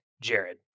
Jared